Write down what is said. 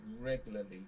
regularly